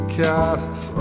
casts